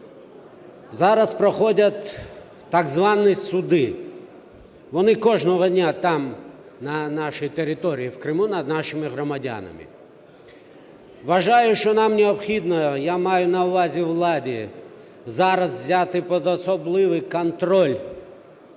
Зараз проходять так звані суди, вони кожного дня, там на нашій території в Криму, над нашими громадянами. Вважаю, що нам необхідно, я маю на увазі, владі, зараз взяти під особливий контроль